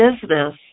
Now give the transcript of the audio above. business